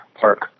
park